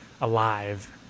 alive